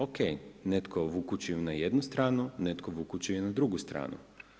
Okej, netko vukući na jednu stranu, netko vukući na drugu stranu.